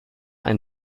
ein